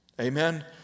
Amen